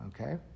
Okay